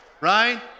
right